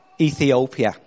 Ethiopia